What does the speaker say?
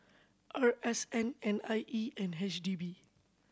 R S N N I E and H D B